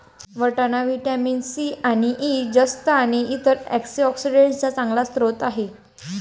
वाटाणा vitamin C आणि E, जस्त आणि इतर अँटीऑक्सिडेंट्सचा चांगला स्रोत आहे